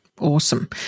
Awesome